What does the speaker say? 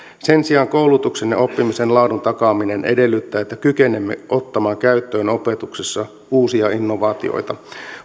sen sijaan koulutuksen ja oppimisen laadun takaaminen edellyttää että kykenemme ottamaan käyttöön opetuksessa uusia innovaatioita